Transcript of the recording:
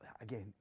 again